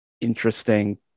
interesting